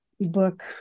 book